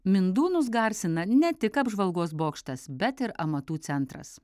mindūnus garsina ne tik apžvalgos bokštas bet ir amatų centras